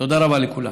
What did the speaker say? תודה רבה לכולם.